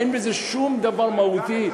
אין בזה שום דבר מהותי.